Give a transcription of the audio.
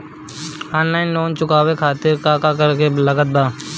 Online loan चुकावे खातिर का का लागत बा?